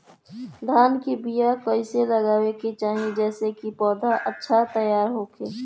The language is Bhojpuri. धान के बीया कइसे लगावे के चाही जेसे पौधा अच्छा तैयार होखे?